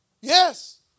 Yes